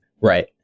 Right